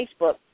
Facebook